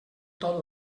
tot